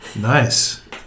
Nice